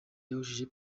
yahushije